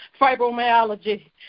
fibromyalgia